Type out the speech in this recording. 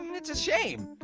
it's a shame,